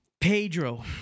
Pedro